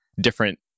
different